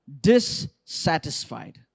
dissatisfied